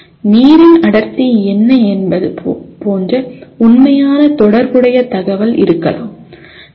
நீரின் அடர்த்தி என்ன என்பது போன்ற உண்மையான தொடர்புடைய தகவல் இருக்கலாம் சரி